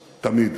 תמיד.